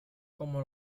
como